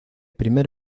primer